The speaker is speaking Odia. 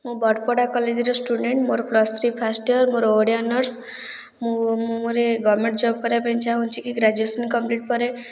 ମୁଁ ବଡ଼୍ପଡ଼ା କଲେଜର ଷ୍ଟୁଡ଼େଣ୍ଟ୍ ମୋର ପ୍ଲସ୍ ଥ୍ରୀ ଫାଷ୍ଟ୍ ୟର୍ ମୋର ଓଡ଼ିଆ ଅନର୍ସ ମୁଁ ମୋର ଇଏ ଗଭର୍ଣ୍ଣମେଣ୍ଟ୍ ଜବ୍ କରିବା ପାଇଁ ଚାହୁଁଛି କି ଗ୍ରାଜୁଏସନ୍ କମ୍ପ୍ଲିଟ୍ ପରେ